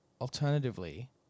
alternatively